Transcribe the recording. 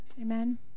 Amen